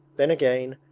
then again,